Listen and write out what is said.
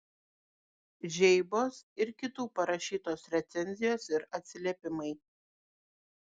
žeibos ir kitų parašytos recenzijos ir atsiliepimai